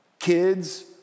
Kids